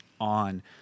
on